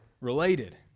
related